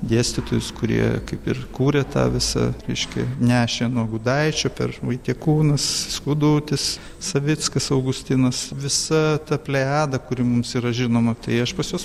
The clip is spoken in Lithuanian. dėstytojus kurie kaip ir kūrė tą visą reiškia nešė nuo gudaičio per vaitiekūnas skudutis savickas augustinas visa ta plejada kuri mums yra žinoma tai aš pas juos